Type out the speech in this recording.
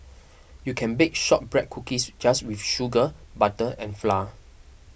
you can bake Shortbread Cookies just with sugar butter and flour